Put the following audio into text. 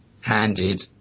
handed